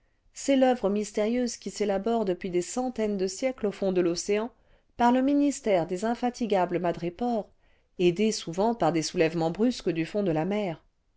c'est l'oeuvre mystérieuse qui s'élabore depuis des centaines de siècles au fond de l'océan par le ministère des infatigables madrépores aidés souvent par des soulèvements brusques du fond de la mer